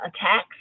attacks